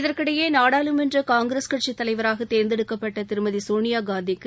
இதற்கிடையே நாடாளுமன்ற காங்கிரஸ் கட்சித் தலைவராக தேர்ந்தெடுக்கப்பட்ட திருமதி சோனியாகாந்திக்கு